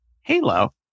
Halo